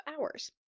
hours